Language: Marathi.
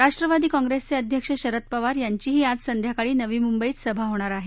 राष्ट्रवादी कॉंग्रेसचे अध्यक्ष शरद पवार यांचीही आज संध्याकाळी नवी मुंबईत सभा होणार आहे